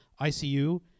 ICU